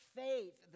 faith